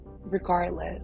Regardless